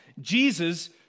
Jesus